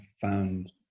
found